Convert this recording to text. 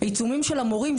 העיצומים של המורים,